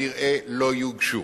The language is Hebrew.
כנראה לא יוגשו.